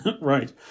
Right